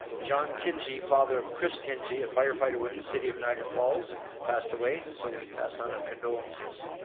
john tingy, father of chris tingy, a firefighter with the city of niagara falls passed away, so we pass on our condolences.